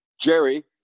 Jerry